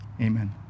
Amen